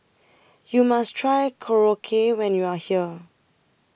YOU must Try Korokke when YOU Are here